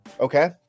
okay